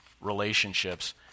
relationships